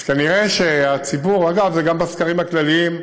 אז כנראה שהציבור, אגב, זה גם בסקרים הכלליים,